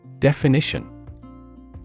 Definition